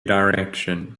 direction